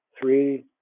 three